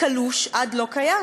קלוש עד לא קיים.